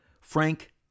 Frank